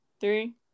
three